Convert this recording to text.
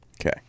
Okay